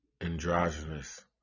androgynous